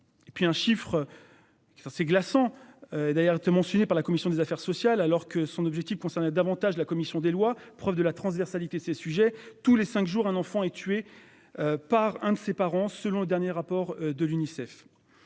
et puis un chiffre. Enfin c'est glaçant. D'ailleurs mon signé par la commission des affaires sociales alors que son objectif davantage la commission des lois. Preuve de la transversalité ces sujets tous les 5 jours un enfant est tué. Par un de ses parents. Selon le dernier rapport de l'UNICEF.